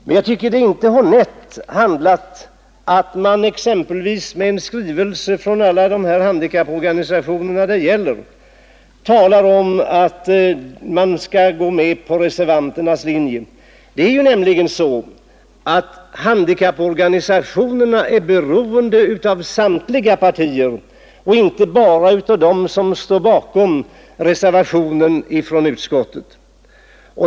Men jag tycker inte att det är honett handlat att man i en skrivelse från alla de handikapporganisationer som det gäller talar om att riksdagens ledamöter skall följa reservanternas linje. Handikapporganisationerna är nämligen beroende av samtliga partier och inte bara av dem som står bakom reservationen.